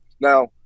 Now